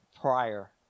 prior